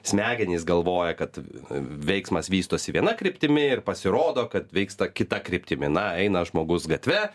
smegenys galvoja kad veiksmas vystosi viena kryptimi ir pasirodo kad vyksta kita kryptimi na eina žmogus gatve